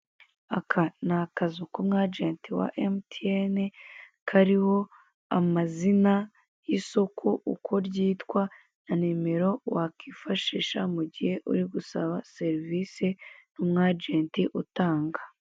Aka ni akazu ku mwagenti wa Mtn kariho amazina y'isoko uko ryitwa na nimero wakifashisha mu gihe uri gusaba serivise n'umwagenti utanga.